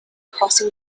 crossing